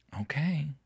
okay